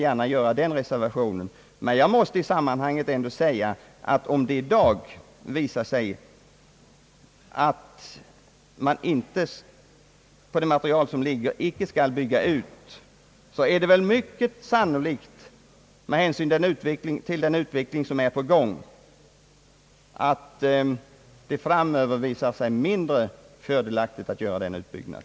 Men jag vill tillägga som sannolikt att om det i dag inte visar sig föreligga skäl för en utbyggnad, är det mycket troligt, med hänsyn till den nya teknik som är på gång, att det i framtiden visar sig ännu mindre angeläget att göra denna utbyggnad.